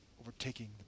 overtaking